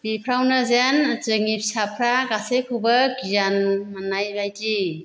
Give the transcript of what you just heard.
बिफ्रावनो जेन जोंनि फिसाफ्रा गासैखौबो गियान मोननाय बायदि